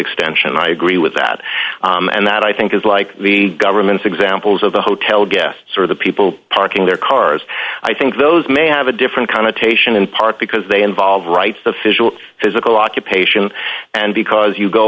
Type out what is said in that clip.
extension i agree with that and that i think is like the government's examples of the hotel guests or the people parking their cars i think those may have a different connotation in part because they involve rights official physical occupation and because you go